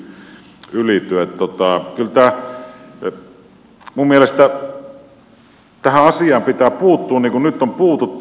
kyllä minun mielestäni tähän asiaan pitää puuttua niin kuin nyt on puututtu